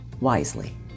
wisely